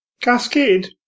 Cascade